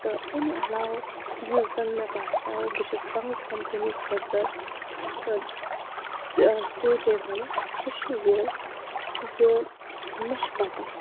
تہٕ امہِ علاوٕ یُس زَن مےٚ باسیٛاو بہٕ چھُس تُہنٛز کَمپٔنی خٲطرٕ ٲں سیٚوٹیبٕل سُہ چھُ یہِ زِ مےٚ چھِ پَتہ